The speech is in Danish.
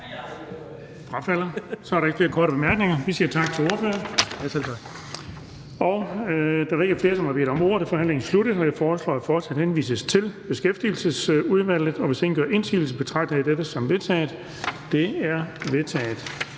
frafalder. Så er der ikke flere korte bemærkninger. Vi siger tak til ordføreren. Da der ikke er flere, som har bedt om ordet, er forhandlingen sluttet. Jeg foreslår, at forslaget til folketingsbeslutning henvises til Beskæftigelsesudvalget, og hvis ingen gør indsigelse, betragter jeg dette som vedtaget. Det er vedtaget.